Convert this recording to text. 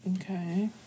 Okay